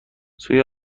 سوی